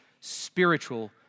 spiritual